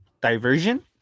diversion